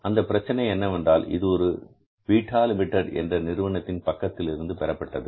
அந்த பிரச்சனை என்னவென்றால் இது ஒரு பீட்டா லிமிடெட் என்ற நிறுவனத்தின் புத்தகத்திலிருந்து பெறப்பட்டது